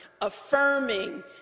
affirming